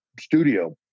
studio